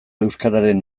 euskararen